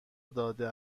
داده